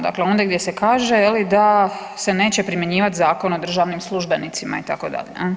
Dakle, ondje gdje se kaže da se neće primjenjivati Zakon o državnim službenicima itd.